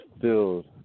filled